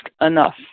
enough